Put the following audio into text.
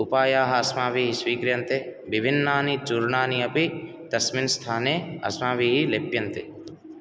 उपायाः अस्माभिः स्वीक्रियन्ते विभिन्नानि चूर्णानि अपि तस्मिन् स्थाने अस्माभिः लेप्यन्ते